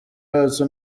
bacu